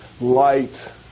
light